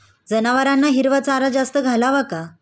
जनावरांना हिरवा चारा जास्त घालावा का?